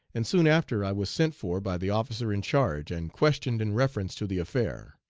and soon after i was sent for by the officer in charge and questioned in reference to the affair.